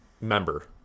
member